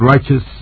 righteous